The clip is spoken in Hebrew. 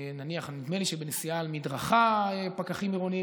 נדמה לי שעל נסיעה על מדרכה פקחים עירוניים